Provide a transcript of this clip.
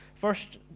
first